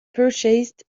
purchased